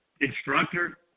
instructor